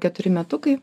keturi metukai